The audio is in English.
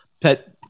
pet